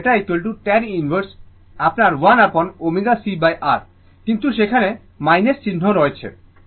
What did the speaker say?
আর θ tan inverse আপনার 1 upon ω c R কিন্তু সেখানে চিহ্ন রয়েছে